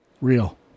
Real